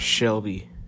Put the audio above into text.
Shelby